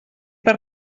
per